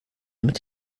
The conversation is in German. damit